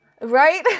right